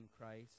Christ